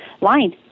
line